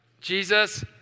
Jesus